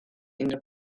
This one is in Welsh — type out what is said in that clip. unrhyw